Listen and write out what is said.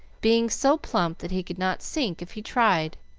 being so plump that he could not sink if he tried.